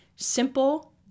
Simple